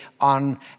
on